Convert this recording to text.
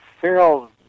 feral